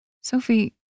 Sophie